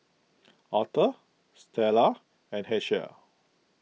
Authur Stella and Hershel